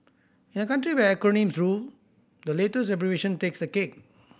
in a country where acronyms rule the latest abbreviation takes the cake